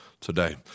Today